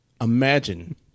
imagine